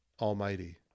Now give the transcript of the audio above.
Almighty